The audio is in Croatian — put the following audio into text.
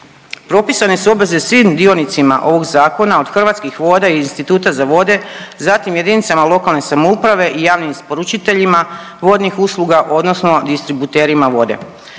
Propisane su obveze svim dionicima ovog Zakona, od Hrvatskih voda i Instituta za vode, zatim jedinicama lokalne samouprave i javnim isporučiteljima vodnih usluga odnosno distributerima vode.